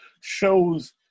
shows